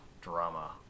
drama